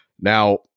Now